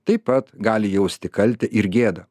taip pat gali jausti kaltę ir gėdą